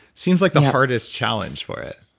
seems like the hardest challenge for it